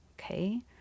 okay